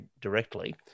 directly